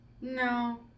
no